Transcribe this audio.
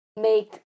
make